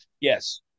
Yes